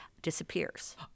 disappears